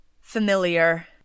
familiar